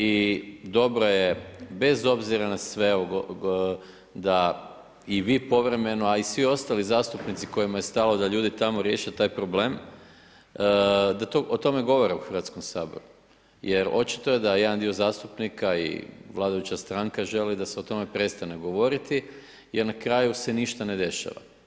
I dobro je bez obzira na sve da i vi povremeno, a i svi ostali zastupnici kojima je stalo da ljudi tamo riješe taj problem da o tome govore u Hrvatskom saboru jer očito je da jedan dio zastupnika i vladajuća stranka želi da se o tome prestane govoriti jer na kraju se ništa ne dešava.